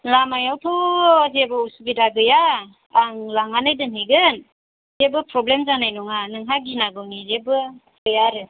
लामायावथ' जेबो उसुबिदा गैया आं लांनानै दोनहैगोन जेबो प्रब्लेम जानाय नङा नोंहा गिनांगौनि जेबो गैया आरो